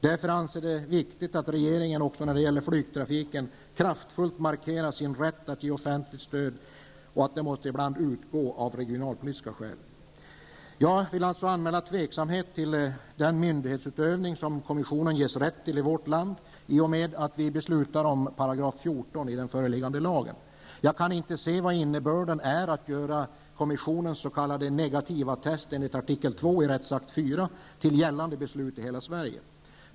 Därför anser vi att det är viktigt att regeringen också när det gäller flygtrafiken kraftfullt markerar sin rätt att ge sådant offentligt stöd som ibland måste utgå av regionalpolitiska skäl. Jag vill också anmäla tveksamhet till den mydighetsutövning som kommissionen ges rätt till även i vårt land i och med att vi beslutar om 14 § i den föreliggnde lagen. Jag kan inte se vad det innebär att göra kommissionens s.k. negativattest enligt artikel 2 i rättsakt 4 till gällande beslut i Sverige.